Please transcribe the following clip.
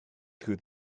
through